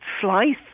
slice